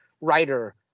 writer